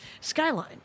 Skyline